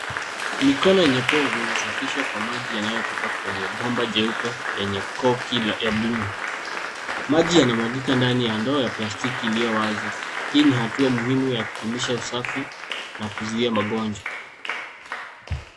Mikono yenye povu inasafishwa kwa maji yanayotoka kwenye bomba jeupe lenye cork ya bluu. Maji yanamwagika ndani ya ndoo ya plastiki iliyo wazi. Hii ni hatua muhimu ya kudumisha usafi na kuzuia magonjwa.